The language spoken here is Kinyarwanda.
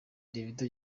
davido